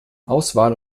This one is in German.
auswahl